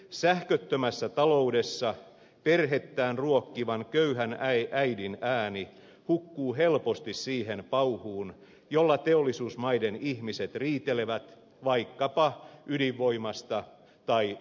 sähköttömässä taloudessa perhettään ruokkivan köyhän äidin ääni hukkuu helposti siihen pauhuun jolla teollisuusmaiden ihmiset riitelevät vaikkapa ydinvoimasta tai turpeesta